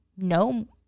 No